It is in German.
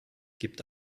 gibt